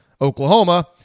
Oklahoma –